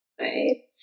Right